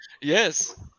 Yes